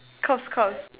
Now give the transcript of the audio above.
cough cough